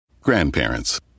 Grandparents